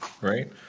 Right